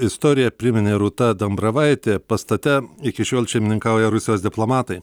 istoriją priminė rūta dambravaitė pastate iki šiol šeimininkauja rusijos diplomatai